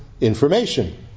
information